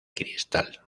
cristal